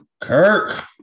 Kirk